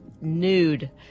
nude